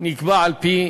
נקבע על-פי